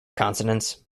consonants